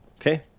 Okay